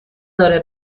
داره